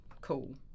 cool